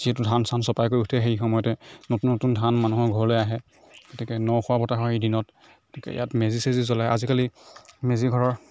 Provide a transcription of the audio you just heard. যিহেতু ধান চান চপাই কৰি উঠে সেই সময়তে নতুন নতুন ধান মানুহৰ ঘৰলৈ আহে গতিকে ন খোৱা পতা হয় দিনত গতিকে ইয়াত মেজি চেজি জ্বলাই আজিকালি মেজিঘৰৰ